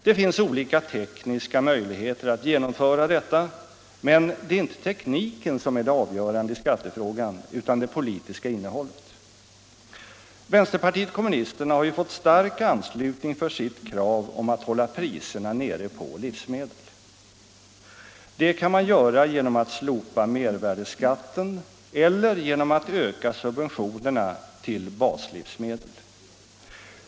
Det finns olika tekniska möjligheter att genomföra detta, men det är inte tekniken som är det avgörande i skattefrågan utan det politiska innehållet. Vänsterpartiet kommunisterna har fått stark anslutning för sitt krav om att hålla priserna nere på livsmedel. Det kan man göra genom att slopa mervärdeskatten eller genom att öka subventionerna till baslivsmedel.